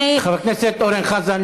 חבר הכנסת אורן חזן,